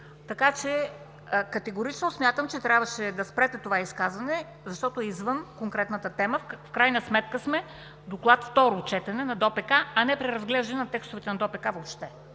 режим. Категорично смятам, че трябваше да спрете това изказване, защото е извън конкретната тема. В крайна сметка сме на второ четене доклад на ДОПК, а не преразглеждане на текстовете на ДОПК въобще.